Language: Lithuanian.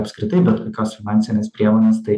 apskritai bet kokios finansinės priemonės tai